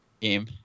game